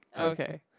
Okay